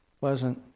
Pleasant